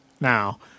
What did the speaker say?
now